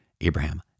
Abraham